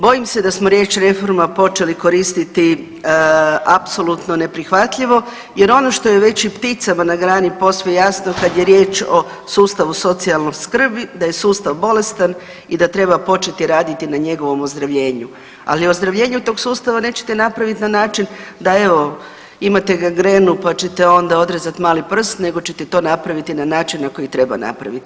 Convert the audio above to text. Bojim se da smo riječ reforma počeli koristiti apsolutno neprihvatljivo jer ono što je već i pticama na grani posve jasno kad je riječ o sustavu socijalne skrbi da je sustav bolestan i da treba početi raditi na njegovom ozdravljenju, ali ozdravljenju tog sustava nećete napraviti na način da evo imate gangrenu, pa ćete onda odrezat mali prst nego ćete to napravit na način na koji treba napraviti.